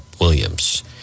Williams